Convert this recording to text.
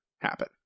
happen